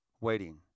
waiting